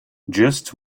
just